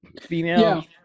female